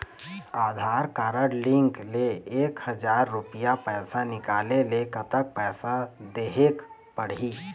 आधार card link ले एक हजार रुपया पैसा निकाले ले कतक पैसा देहेक पड़ही?